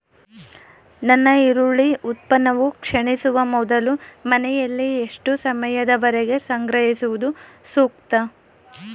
ನನ್ನ ಈರುಳ್ಳಿ ಉತ್ಪನ್ನವು ಕ್ಷೇಣಿಸುವ ಮೊದಲು ಮನೆಯಲ್ಲಿ ಎಷ್ಟು ಸಮಯದವರೆಗೆ ಸಂಗ್ರಹಿಸುವುದು ಸೂಕ್ತ?